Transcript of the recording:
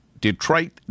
Detroit